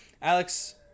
Alex